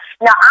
now